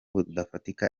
bufatika